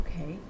Okay